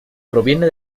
proviene